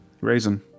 Raisin